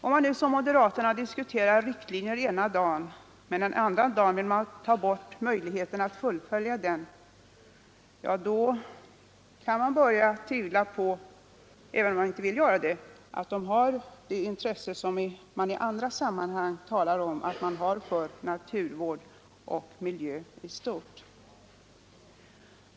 När moderaterna ena dagen diskuterar riktlinjer och andra dagen vill ta bort möjligheterna att fullfölja dem, kan man — även om man inte vill det — börja tvivla på att de har det intresse som de i andra sammanhang talar om att de har för naturvård och miljö i stort.